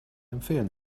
empfehlen